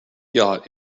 yacht